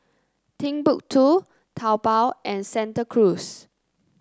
Timbuk two Taobao and Santa Cruz